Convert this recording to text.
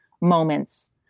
moments